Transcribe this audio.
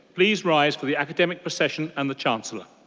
please rise for the academic procession and the chancellor.